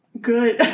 good